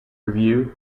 review